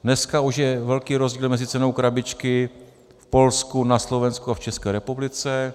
Dneska už je velký rozdíl mezi cenou krabičky v Polsku, na Slovensku a v České republice.